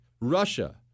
Russia